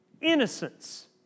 innocence